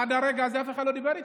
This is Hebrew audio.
עד הרגע הזה אף אחד לא דיבר איתי.